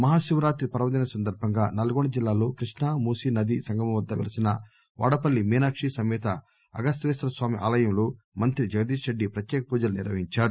మహాశివరాత్రి పర్వదినం సందర్బంగా నల్గొండ జిల్లాలో కృష్ణా మూసి నదీ సంగమం వద్ద పెలిసిన వాడపల్లి మీనాక్షి సమేత అగస్తేశ్వర స్వామి ఆలయంలో మంత్రి జగదీష్ రెడ్డి ప్రత్యేక పూజలు నిర్వహించారు